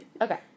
Okay